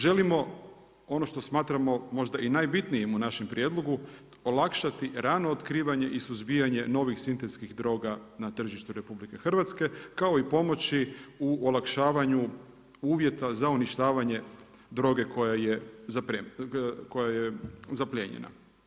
Želimo ono što smatramo možda i najbitnijim u našem prijedlogu, olakšati rano otkrivanje i suzbijanje novih sintetskih droga na tržištu Republike Hrvatske kao i pomoći u olakšavanju uvjeta za uništavanju droge koja je zaplijenjena.